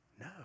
No